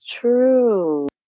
true